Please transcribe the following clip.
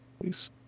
Please